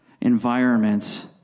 environments